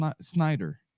Snyder